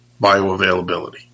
bioavailability